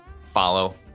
Follow